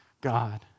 God